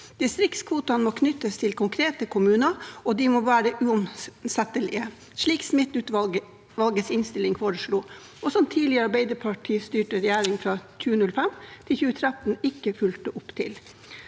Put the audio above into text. Distriktskvotene må knyttes til konkrete kommuner, og de må være uomsettelige, slik Smith-utvalgets innstilling foreslo, og som den tidligere Arbeiderparti-styrte regjeringen, fra 2005 til 2013, ikke fulgte opp.